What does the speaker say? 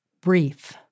brief